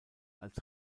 als